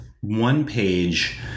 one-page